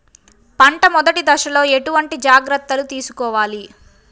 పంట మెదటి దశలో ఎటువంటి జాగ్రత్తలు తీసుకోవాలి?